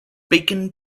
bacon